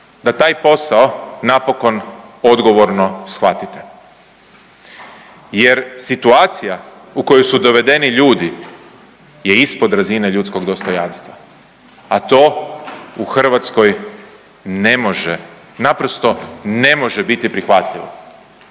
da taj posao napokon odgovorno shvatite jer situacija u koju su dovedeni ljudi je ispod razine ljudskog dostojanstva, a to u Hrvatskoj ne može, naprosto ne može biti prihvatljivo